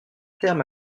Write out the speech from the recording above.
terme